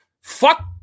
Fuck